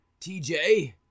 TJ